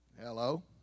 hello